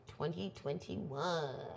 2021